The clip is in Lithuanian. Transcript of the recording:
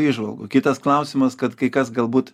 įžvalgų kitas klausimas kad kai kas galbūt